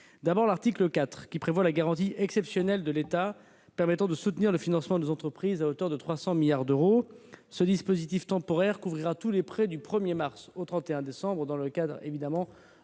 l'article 4 prévoit une garantie exceptionnelle de l'État permettant de soutenir le financement des entreprises à hauteur de 300 milliards d'euros. Ce dispositif temporaire couvrira les prêts accordés du 1 mars au 31 décembre de cette année,